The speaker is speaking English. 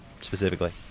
specifically